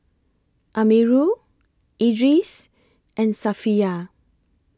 Amirul Idris and Safiya